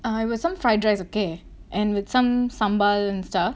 I was~ some fried rice okay and with some sambal and stuff